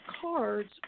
cards